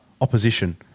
opposition